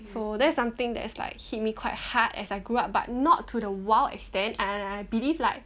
so that's something that is like hit me quite hard as I grew up but not to the wild extend and I believe like